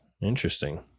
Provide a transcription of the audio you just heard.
interesting